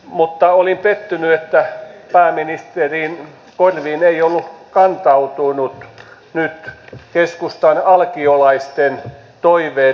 mutta olin pettynyt että pääministerin korviin eivät olleet kantautuneet nyt keskustan alkiolaisten toiveet ja puheenvuorot